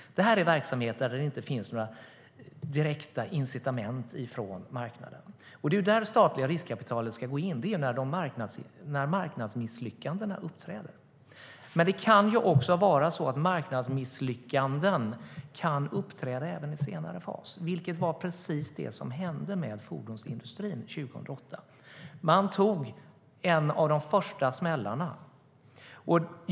Det här är verksamhet där det inte finns några direkta incitament från marknaden, och det är ju där det statliga riskkapitalet ska gå in - när marknadsmisslyckandena uppträder. Det kan dock även vara så att marknadsmisslyckanden kan uppträda i en senare fas, vilket var precis det som hände med fordonsindustrin 2008. Man tog en av de första smällarna.